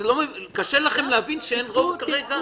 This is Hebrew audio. קשה לכם להבין שאין רוב כרגע?